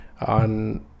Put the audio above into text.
on